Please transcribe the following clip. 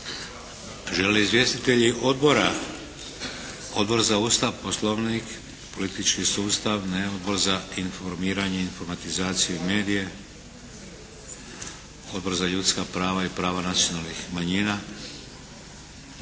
Žele li izvjestitelji odbora? Odbor za Ustav, Poslovnik, politički sustav? Ne. Odbor za informiranje, informatizaciju i medije? Odbor za ljudska prava i prava nacionalnih manjina?